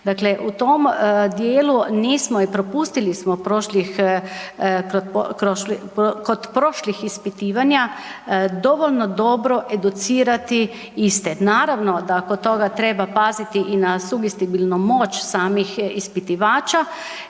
Dakle, nismo je, propustili smo prošlih, kod prošlih ispitivanja dovoljno dobro educirati iste. Naravno da kod toga treba paziti i na sugestibilnu moć samih ispitivača